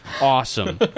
awesome